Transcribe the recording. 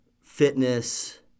fitness